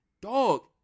Dog